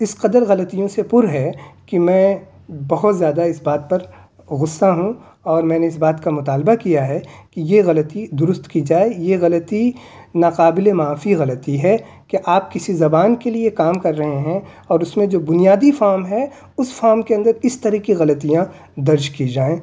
اس قدر غلطیوں سے پر ہیں کہ میں بہت زیادہ اس بات پر غصّہ ہوں اور میں نے اس بات کا مطالبہ کیا ہے کہ یہ غلطی درست کی جائے یہ غلطی نا قابلِ معافی غلطی ہے کہ آپ کسی زبان کے لیے کام کر رہے ہیں اور اس میں جو بنیادی فارم ہے اس فارم کے اندر اس طرح سے غلطیاں درج کی جائیں